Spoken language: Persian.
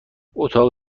اتاق